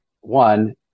one